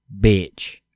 bitch